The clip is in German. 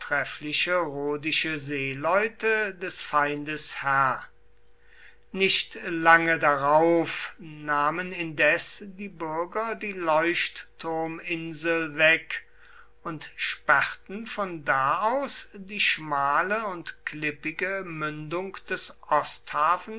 seeleute des feindes herr nicht lange darauf nahmen indes die bürger die leuchtturminsel weg und sperrten von da aus die schmale und klippige mündung des